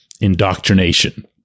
indoctrination